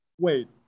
wait